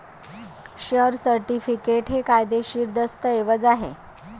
share certificate हे कायदेशीर दस्तऐवज आहे